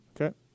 Okay